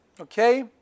Okay